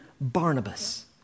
Barnabas